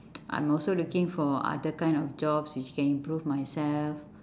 I'm also looking for other kind of jobs which can improve myself